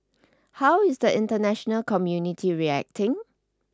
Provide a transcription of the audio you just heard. how is the international community reacting